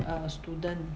err student